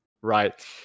right